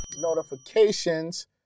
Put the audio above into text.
notifications